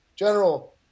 General